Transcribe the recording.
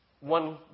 one